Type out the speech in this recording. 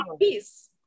peace